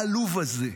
העלוב הזה,